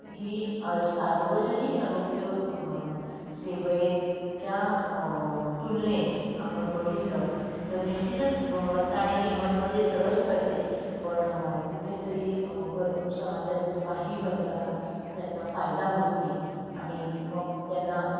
ही सार्वजनिक आरोग्य सेवेच्या तुलनेत आपण बघितलं तर निश्चितच गुणवत्ता आणि किंमतीमध्ये सरस ठरते पण कुठेतरी ग समाजातील काही वर्गाला त्याचा फायदा होत नाही आणि मग त्यांना